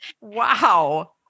Wow